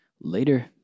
Later